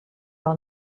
will